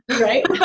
right